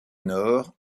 nord